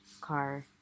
car